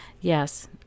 Yes